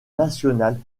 nationale